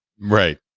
Right